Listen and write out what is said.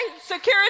security